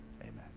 Amen